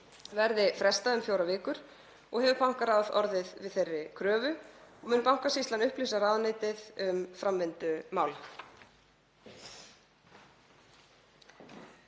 yrði frestað um fjórar vikur og hefur bankaráð orðið við þeirri kröfu. Mun Bankasýslan upplýsa ráðuneytið um framvindu mála.